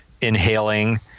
inhaling